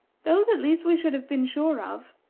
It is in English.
those, at least, we should have been sure of.